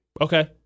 Okay